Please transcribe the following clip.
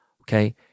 okay